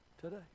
today